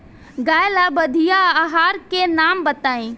गाय ला बढ़िया आहार के नाम बताई?